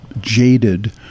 jaded